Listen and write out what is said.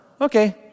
Okay